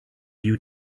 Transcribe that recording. you